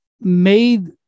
made